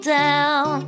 down